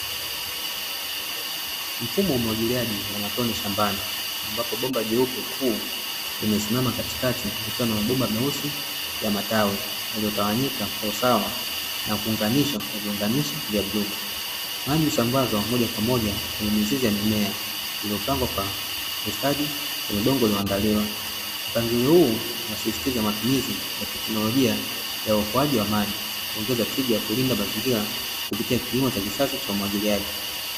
Mfumo wa umwagiliaji wa matone shambani ambapo pomba jeupe kubwa limesimama katikati likiwa na mabomba meusi ya matawi yaliyotawanyika kwa usawa na kuunganisha kwa viunganishi vya bluu. Maji husambazwa moja kwa moja kwenye mizizi ya mimea iliyopangwa kwa ustadi kwenye udongo ulioandaliwa. Mpangilio huu unasisitiza matumizi ya teknolojia ya uokoaji wa maji ili kuongeza tija ya kulinda mazingira kupitia kilimo cha kisasa cha umwagiliaji.